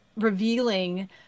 revealing